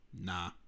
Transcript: Nah